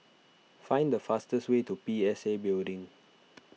find the fastest way to P S A Building